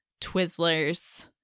Twizzlers